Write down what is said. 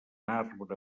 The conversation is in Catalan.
arbre